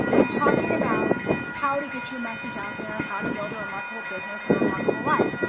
i'm talking about how to get your message out there, how to build a remarkable business and remarkable life.